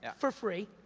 ah for free,